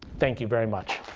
thank you very much.